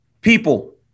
People